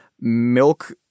milk